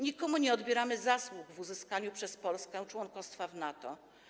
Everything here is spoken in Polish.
Nikomu nie odbieramy zasług w związku z uzyskaniem przez Polskę członkostwa w NATO.